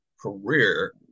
career